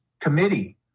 committee